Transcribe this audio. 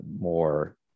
more